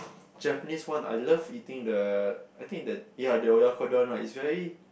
Japanese one I love eating the I think the ya the oyakodon right it's very